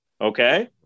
Okay